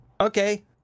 okay